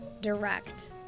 direct